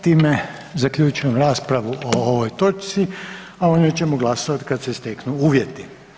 Time zaključujem raspravu o ovoj točci, a o njoj ćemo glasovati kada se steknu uvjeti.